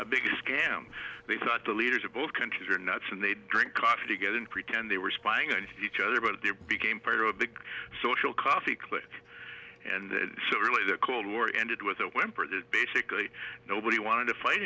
big scam they thought the leaders of both countries were nuts and they drink coffee together and pretend they were spying and each other but they became part of a big social coffee click and so really the cold war ended with a whimper that basically nobody wanted to fight